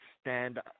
stand